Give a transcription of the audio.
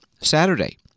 Saturday